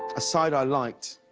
a side i liked.